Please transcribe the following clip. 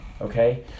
Okay